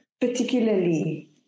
Particularly